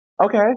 okay